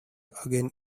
again